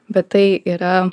bet tai yra